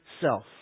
self